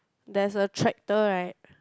there's a tractor right